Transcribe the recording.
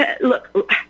look